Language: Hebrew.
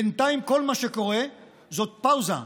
בינתיים כל מה שקורה זאת פאוזה,